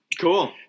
Cool